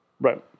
Right